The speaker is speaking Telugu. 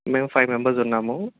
మేమ్ ఫైవ్ మెంబర్స్ ఉన్నాము